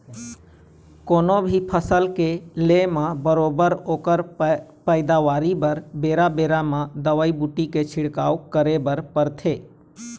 कोनो भी फसल के ले म बरोबर ओखर पइदावारी बर बेरा बेरा म दवई बूटी के छिड़काव करे बर परथे